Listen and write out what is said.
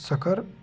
शक्कर